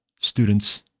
students